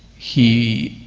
he